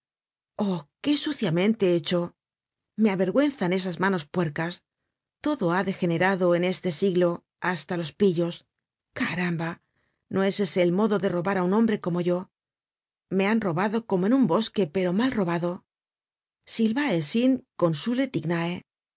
oh qué suciamente hecho me avergüenzan esas manos puercas todo ha degenerado en este siglo hasta los pillos caramba no es ese el modo de robar á un hombre como yo me han robado como en un bosque pero mal robado silvw sint